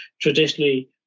traditionally